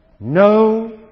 No